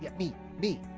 meet me.